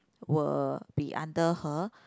were be under her